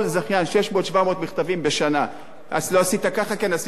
כל זכיין, 600 700 מכתבים בשנה: לא עשית ככה,